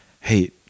hey